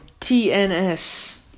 TNS